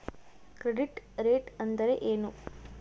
Credit rate ಅಂದರೆ ಏನು?